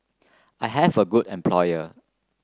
I have a good employer